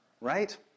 right